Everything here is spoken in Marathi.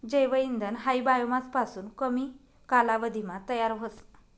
जैव इंधन हायी बायोमास पासून कमी कालावधीमा तयार व्हस